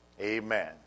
Amen